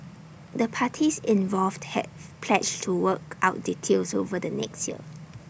the parties involved have pledged to work out details over the next year